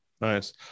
Nice